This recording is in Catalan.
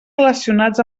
relacionats